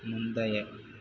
முந்தைய